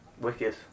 Wicked